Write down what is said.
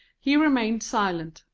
he remained silent,